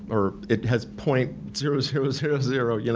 or it has point zero zero zero zero, you know,